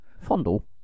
Fondle